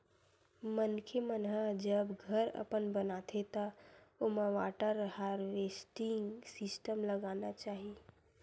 मनखे मन ह जब घर अपन बनाथे त ओमा वाटर हारवेस्टिंग सिस्टम लगाना चाही